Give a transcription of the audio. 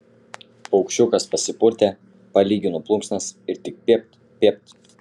paukščiukas pasipurtė palygino plunksnas ir tik piept piept